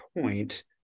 point